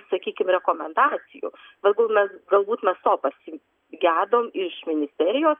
sakykim rekomendacijų galbūt mes galbūt mes to pasi gedom iš ministerijos